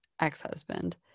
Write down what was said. ex-husband